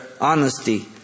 honesty